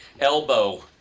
elbow